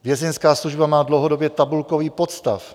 Vězeňská služba má dlouhodobě tabulkový podstav.